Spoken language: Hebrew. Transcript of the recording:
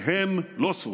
והם לא שורדים.